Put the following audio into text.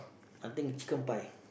I think chicken pie